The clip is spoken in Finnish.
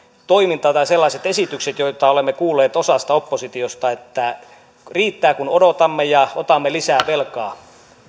toiminta tai sellaiset esitykset joita olemme kuulleet osasta oppositiota eli että riittää kun odotamme ja otamme lisää velkaa